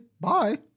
Bye